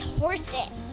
horses